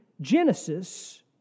Genesis